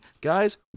Guys